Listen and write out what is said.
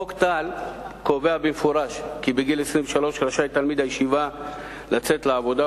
חוק טל קובע במפורש כי בגיל 23 רשאי תלמיד הישיבה לצאת לעבודה,